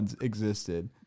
existed